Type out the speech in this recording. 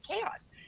chaos